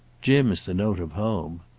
jim's the note of home.